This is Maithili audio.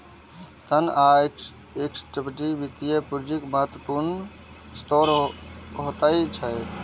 ऋण आ इक्विटी वित्तीय पूंजीक महत्वपूर्ण स्रोत होइत छैक